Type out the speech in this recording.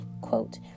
quote